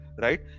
right